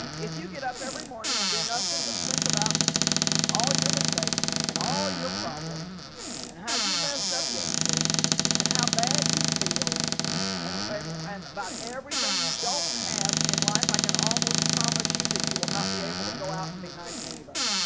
if you get up every morning and do nothing but think about all your mistakes and all your problems and how you messed up yesterday and how bad you feel and about everything you don't have in life i can almost promise you that you will not be able to go out and be nice to anybody